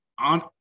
on